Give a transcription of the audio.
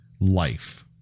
life